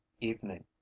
evening